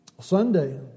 Sunday